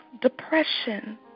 depression